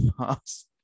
past